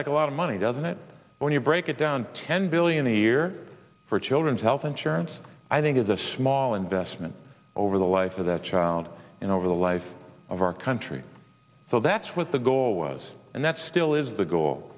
like a lot of money doesn't it when you break it down ten billion a year for children's health insurance i think is a small investment over the life of that child and over the life of our country so that's what the goal was and that still is the goal